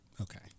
okay